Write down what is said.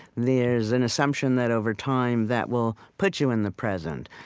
there's an assumption that over time, that will put you in the present.